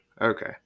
okay